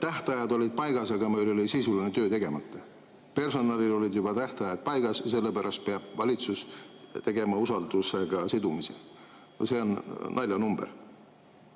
Tähtajad olid paigas, aga meil oli sisuline töö tegemata. Personalil olid juba tähtajad paigas ja sellepärast peab valitsus tegema usaldusega sidumise. See on naljanumber. Teiseks,